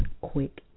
quick